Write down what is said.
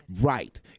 Right